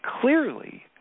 clearly